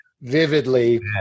vividly